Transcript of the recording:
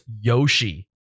Yoshi